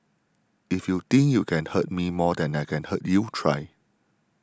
if you think you can hurt me more than I can hurt you try